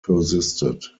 persisted